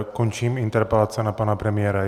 Končím interpelace na pana premiéra.